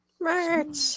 Merch